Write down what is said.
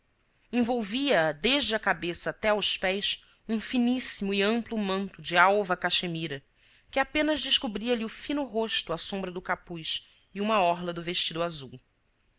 envolvia a desde a cabeça até aos pés um finíssimo e amplo manto de alva caxemira que apenas descobria lhe o fino rosto à sombra do capuz e uma orla do vestido azul